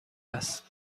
است